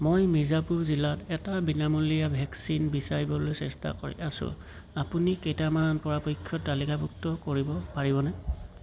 মই মিৰ্জাপুৰ জিলাত এটা বিনামূলীয়া ভেকচিন বিচাৰিবলৈ চেষ্টা কৰি আছোঁ আপুনি কেইটামান পৰাপক্ষ্য তালিকাভুক্ত কৰিব পাৰিবনে